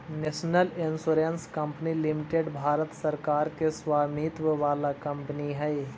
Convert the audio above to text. national insurance company limited भारत सरकार के स्वामित्व वाला कंपनी हई